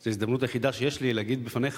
זו ההזדמנות היחידה שיש לי להגיד בפניך,